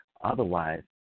Otherwise